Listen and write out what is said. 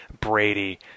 Brady